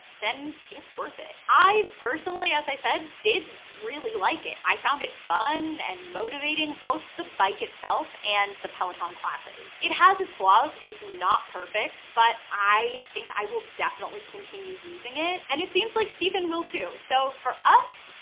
then it's worth it. i personally, as i said, did really like it. i found it fun and motivating, both the bike itself and the peloton classes. it has its flaws. it's not perfect, but i think i will definitely continue using it, and it seems like stephen will too. so for us,